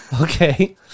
Okay